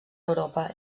europa